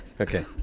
Okay